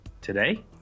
today